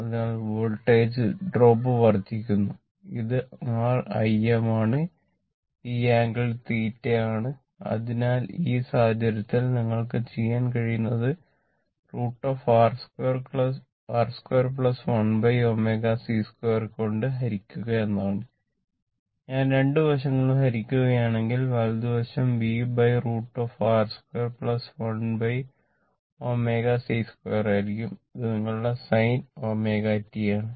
അതിനാൽ voltage drop ആയിരിക്കും ഇത് നിങ്ങളുടെ sin ω t ആണ്